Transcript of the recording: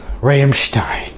Rammstein